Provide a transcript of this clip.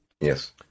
Yes